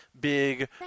big